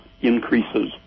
increases